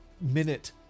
minute